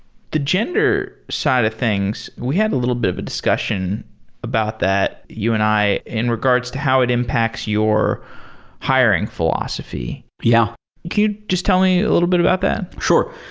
the gender side of things, we have a little bit of a discussion about that, you and i, in regards to how it impacts your hiring philosophy yeah can you just tell me a little bit about that? sure.